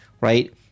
right